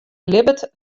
libbet